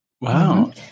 Wow